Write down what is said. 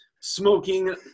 smoking